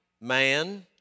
man